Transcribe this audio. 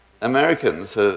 Americans